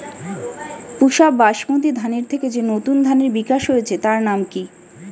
পুসা বাসমতি ধানের থেকে যে নতুন ধানের বিকাশ হয়েছে তার নাম কি?